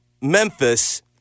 Memphis